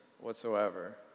whatsoever